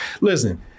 Listen